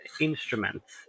instruments